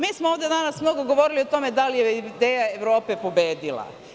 Mi smo ovde danas mnogo govorili o tome da li je ideja Evrope pobedila.